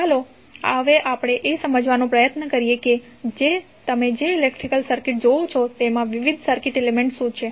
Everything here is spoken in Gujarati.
ચાલો હવે આપણે એ સમજવાનો પ્રયત્ન કરીએ કે તમે જે ઇલેક્ટ્રિકલ સર્કિટ જોવો છો તેમાં વિવિધ સર્કિટ એલિમેન્ટ શું છે